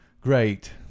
Great